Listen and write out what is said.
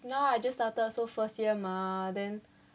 now I just started so first year mah then